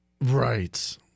Right